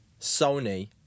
Sony